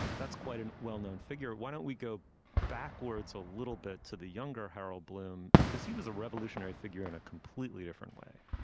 that's quite a well-known figure. why don't we go backwards a little bit to the younger harold bloom? because he was a revolutionary figure in a completely different way